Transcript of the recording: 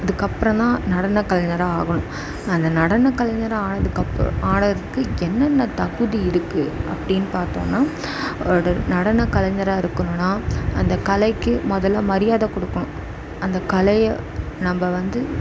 அதுக்கப்பபுறந்ததான் நடன கலைஞராக ஆகணும் அந்த நடனக்கலைஞராக ஆனத்துக்கப் ஆனதுக்கு என்னென்ன தகுதி இருக்குது அப்படினு பார்த்தோன்னா ஒரு நடனக்கலைஞராக இருக்கணுனா அந்த கலைக்கு முதலில் மரியாதை கொடுக்கணும் அந்தக்கலையை நம்ம வந்து